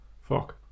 fuck